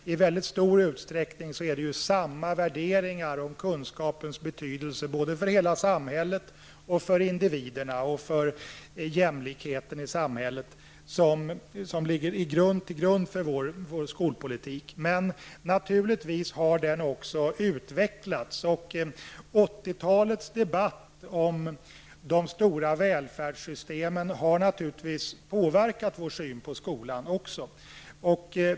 Det är i stor utsträckning samma värderingar om kunskapens betydelse både för hela samhället, för individerna och för jämlikheten i samhället som ligger till grund för vår skolpolitik. Men naturligtvis har de utvecklats. 80-talets debatt om de stora välfärdssystemen har naturligtvis också påverkat vår syn på skolan.